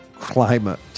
climate